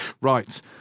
right